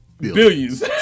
billions